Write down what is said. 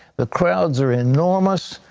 the crowds are enormous.